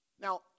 Now